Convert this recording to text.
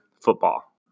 football